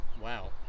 wow